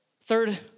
Third